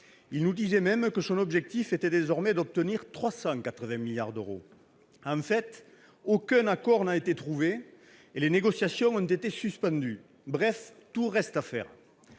Il nous disait même que son objectif était désormais d'obtenir 380 milliards d'euros ... En fait, aucun accord n'a été trouvé, et les négociations ont été suspendues. Bref, tout reste à faire